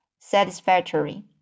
satisfactory